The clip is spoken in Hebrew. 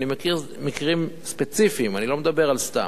אני מכיר מקרים ספציפיים, אני לא מדבר על סתם,